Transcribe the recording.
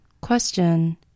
Question